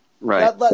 right